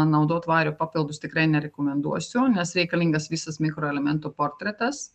naudot vario papildus tikrai nerekomenduosiu nes reikalingas visas mikroelementų portretas